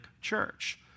church